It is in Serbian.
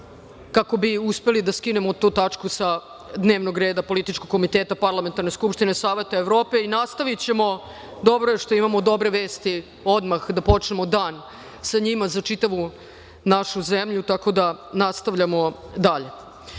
kako bi uspeli da skinemo tu tačku sa dnevnog reda Političkog komiteta Parlamentarne skupštine Saveta Evrope. Dobro je što imamo dobre vesti. Odmah da počnemo dan sa njima za čitavu našu zemlju. Nastavljamo dalje. Vi